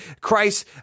Christ